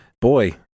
Boy